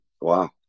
Wow